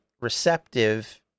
receptive